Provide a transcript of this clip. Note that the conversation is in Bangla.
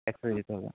একসাথে যেতে হবে